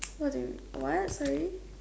what do you what sorry